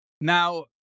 Now